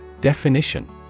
Definition